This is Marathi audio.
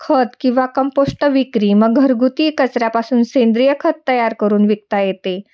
खत किंवा कंपोष्ट विक्री मग घरगुती कचऱ्यापासून सेंद्रिय खत तयार करून विकता येते